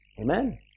Amen